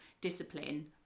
discipline